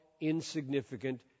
insignificant